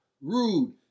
rude